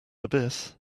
abyss